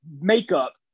makeup